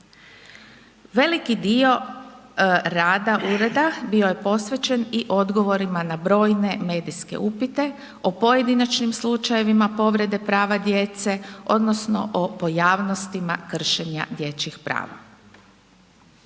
Veliki dio rada ureda bio je posvećen i odgovorima na brojne medijske upite o pojedinačnim slučajevima povrede prava djece odnosno o pojavnostima kršenja dječjih prava.